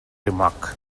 remark